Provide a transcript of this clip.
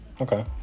Okay